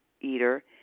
eater